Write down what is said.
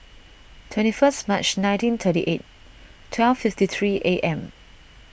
twenty first March nineteen thirty eight twelve fifty three A M